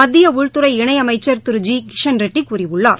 மத்திய இணையமைச்சர் திரு ஜி கிஷன்ரெட்டி கூறியுள்ளார்